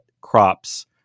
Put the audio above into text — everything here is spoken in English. crops